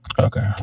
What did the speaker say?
Okay